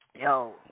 Yo